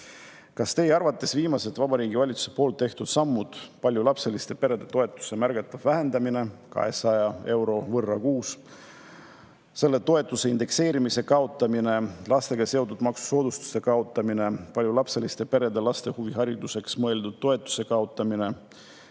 Kas teie arvates viimased Vabariigi Valitsuse tehtud sammud – paljulapseliste perede toetuse märgatav vähendamine, 200 euro võrra kuus; selle toetuse indekseerimise kaotamine; lastega seotud maksusoodustuste kaotamine; paljulapseliste perede laste huvihariduseks mõeldud toetuse kaotamine;